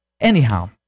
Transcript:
anyhow